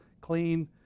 clean